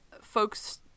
folks